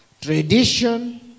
tradition